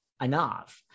enough